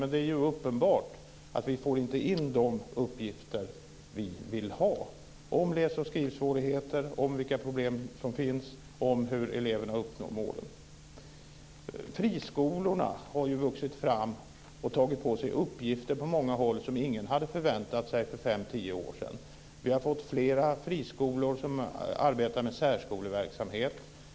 Men det är uppenbart att vi inte får in de uppgifter vi vill ha om läs och skrivsvårigheter, om vilka problem som finns, om hur eleverna uppnår målen. Friskolorna har ju vuxit fram och tagit på sig uppgifter på många håll som ingen hade förväntat sig för 5-10 år sedan. Vi har fått fler friskolor som arbetar med särskoleverksamhet.